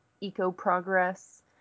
eco-progress